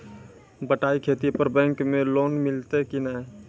बटाई खेती पर बैंक मे लोन मिलतै कि नैय?